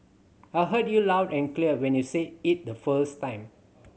I heard you loud and clear when you said it the first time